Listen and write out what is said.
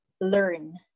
learn